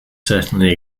certainly